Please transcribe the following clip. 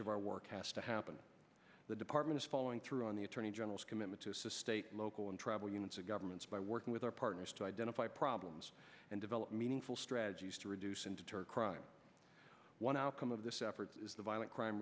of our work has to happen the department is following through on the attorney general's commitment to assist state local and travel units and governments by working with our partners to identify problems and develop meaningful strategies to reduce integer crime one outcome of this effort is the violent crime